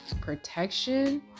protection